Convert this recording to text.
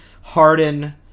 Harden